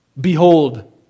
behold